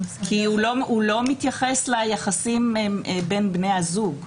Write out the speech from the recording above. הוא לא מתייחס ליחסים בין בני הזוג.